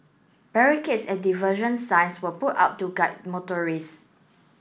barricades and diversion signs will put up to guide motorists